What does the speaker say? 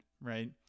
right